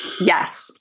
Yes